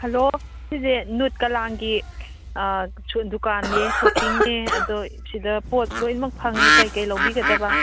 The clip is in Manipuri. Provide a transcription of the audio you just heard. ꯍꯜꯂꯣ ꯁꯤꯁꯦ ꯅꯨꯠꯀꯂꯥꯡꯒꯤ ꯗꯨꯀꯥꯟꯅꯦ ꯁꯣꯞꯄꯤꯡꯅꯦ ꯑꯗꯣ ꯁꯤꯗ ꯄꯣꯠ ꯂꯣꯏꯃꯛ ꯐꯪꯉꯦ ꯀꯔꯤ ꯀꯔꯤ ꯂꯧꯕꯤꯒꯗꯕ